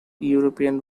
european